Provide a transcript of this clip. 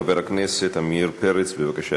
חבר הכנסת עמיר פרץ, בבקשה,